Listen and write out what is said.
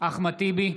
בעד אחמד טיבי,